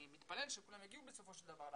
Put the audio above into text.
אני מתפלל שכולם יגיעו בסופו של דבר,